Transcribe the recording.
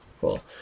Cool